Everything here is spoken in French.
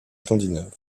scandinave